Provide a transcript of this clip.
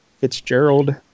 Fitzgerald